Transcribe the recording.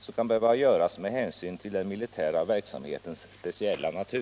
som kan behöva göras med hänsyn till den militära verksamhetens speciella natur.